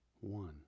one